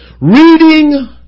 reading